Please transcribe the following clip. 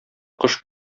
кош